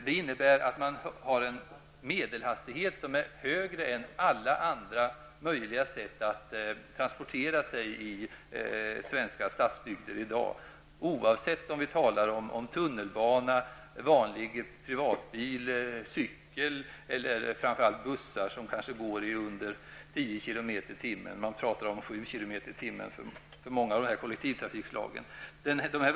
Det innebär att medelhastigheten är högre än hastigheten för alla andra transportsätt som i dag är möjliga att använda i svenska stadsbygder. Detta gäller oavsett om vi talar om tunnelbana, vanlig privatbil, cykel eller bussar, som kanske går i mindre än 10 km tim.